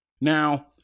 Now